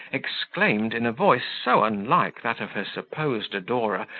exclaimed in a voice so unlike that of her supposed adorer,